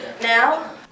Now